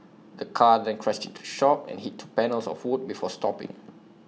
the car then crashed into shop and hit two panels of wood before stopping